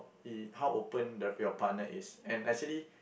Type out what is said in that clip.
how open the your partner is and actually